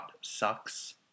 .sucks